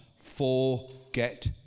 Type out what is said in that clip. forget